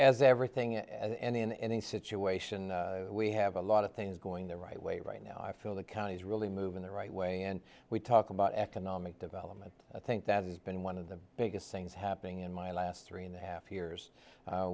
as everything and in any situation we have a lot of things going the right way right now i feel the counties really move in the right way and we talk about economic development i think that has been one of the biggest things happening in my last three and a half years